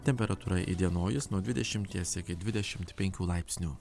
temperatūra įdienojus nuo dvidešimties iki dvidešimt penkių laipsnių